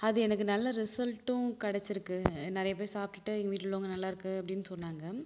அது எனக்கு நல்ல ரிசல்ட்டும் கிடச்சிருக்கு நிறைய பேர் சாப்பிட்டுட்டு எங்கள் வீட்டில் உள்ளவங்க நல்லாருக்கு அப்படின்னு சொன்னாங்க